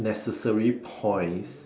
necessary points